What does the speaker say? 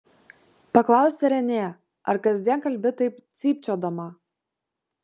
paklausė renė ar kasdien kalbi taip cypčiodama